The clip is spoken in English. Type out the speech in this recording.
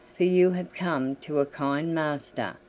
for you have come to a kind master,